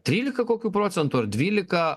trylika kokių procentų ar dvylika